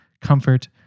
comfort